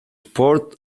sport